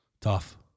Tough